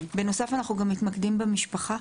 בנוסף, אנחנו גם מתמקדים במשפחה,